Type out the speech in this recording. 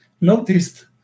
noticed